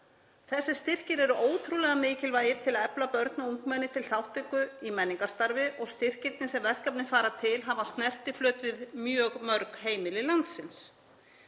Þessir styrkir eru ótrúlega mikilvægir til að efla börn og ungmenni til þátttöku í menningarstarfi og styrkirnir sem verkefnin fara til hafa snertiflöt við mjög mörg heimili landsins.